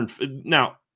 Now